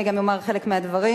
אני גם אומר חלק מהדברים,